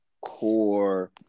core